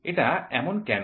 এটা এমন কেন